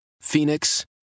Phoenix